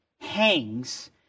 hangs